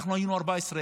ואנחנו היינו 14,000,